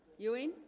ewing